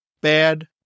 Bad